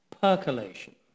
percolation